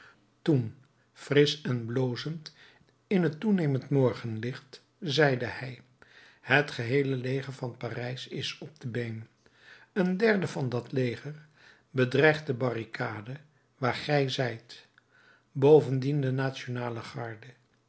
toen frisch en blozend in het toenemend morgenlicht zeide hij het geheele leger van parijs is op de been een derde van dat leger bedreigt de barricade waar gij zijt bovendien de nationale garde